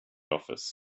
office